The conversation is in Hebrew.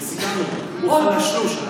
אני מבין שקיבלתם דף מסרים וסיכמנו שהוא חלשלוש,